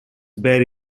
barry